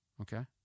Okay